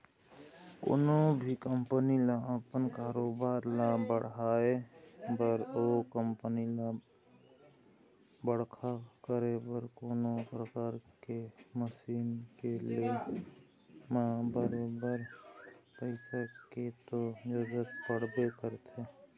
कोनो भी कंपनी ल अपन कारोबार ल बढ़ाय बर ओ कंपनी ल बड़का करे बर कोनो परकार के मसीन के ले म बरोबर पइसा के तो जरुरत पड़बे करथे